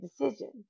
decision